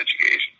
education